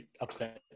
upset